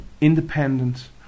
Independent